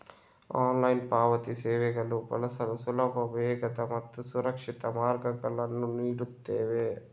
online ಪಾವತಿ ಸೇವೆಗಳು ಬಳಸಲು ಸುಲಭ, ವೇಗದ ಮತ್ತು ಸುರಕ್ಷಿತ ಮಾರ್ಗಗಳನ್ನು ನೀಡುತ್ತವೆ